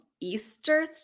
Easter